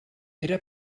era